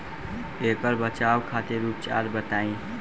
ऐकर बचाव खातिर उपचार बताई?